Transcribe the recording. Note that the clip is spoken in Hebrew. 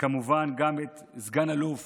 וכמובן גם את סגן אלוף